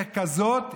ככזאת,